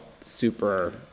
super